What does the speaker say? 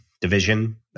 division